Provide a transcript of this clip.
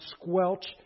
squelch